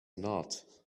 not